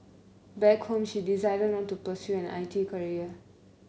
back home she decided not to pursue an I T career